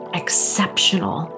exceptional